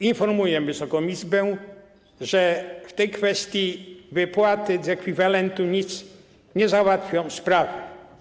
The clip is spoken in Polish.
Informuję Wysoką Izbę, że w tej kwestii wypłaty ekwiwalentu nie załatwią sprawy.